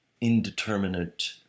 indeterminate